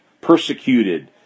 persecuted